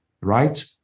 Right